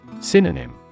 Synonym